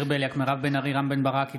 ואליד אלהואשלה, אינו נוכח קארין אלהרר, אינה